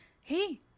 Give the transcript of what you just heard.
hey